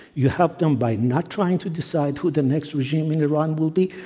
you help them by not trying to decide who the next regime in iran will be,